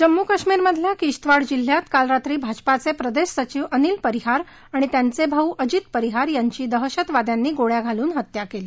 जम्मू काश्मीर मधल्या किश्तवाड जिल्ह्यात काल रात्री भाजपाचे प्रदेश सचिव अनिल परिहार आणि त्यांचे भाऊ अजित परिहार यांची दहशतवाद्यांनी गोळ्या घालून हत्या केली